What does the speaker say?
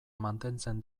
mantentzen